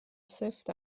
سفت